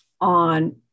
on